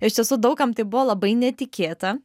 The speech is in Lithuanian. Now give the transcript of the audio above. iš tiesų daug kam tai buvo labai netikėta